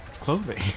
clothing